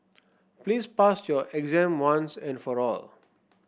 please pass your exam once and for all